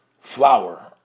flour